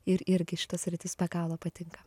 ir irgi šita sritis be galo patinka